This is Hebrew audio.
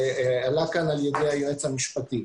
שעלה כאן על ידי היועץ המשפטי.